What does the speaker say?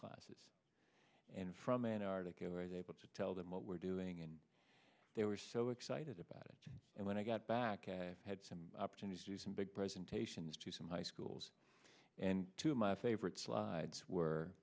classes and from an articulate able to tell them what we're doing and they were so excited about it and when i got back i had some opportunity to do some big presentations to some high schools and to my favorite slides were